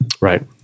Right